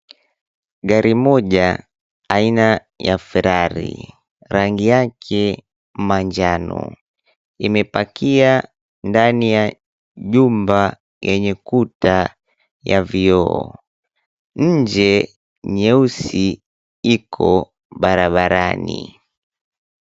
Gari moja aina ya "Ferrari". Rangi yake manjano. Imepakia ndani ya jumba yenye kuta ya vioo. Nje nyeusi iko barabarani.